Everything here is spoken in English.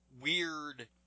weird